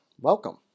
welcome